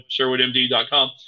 SherwoodMD.com